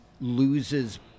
loses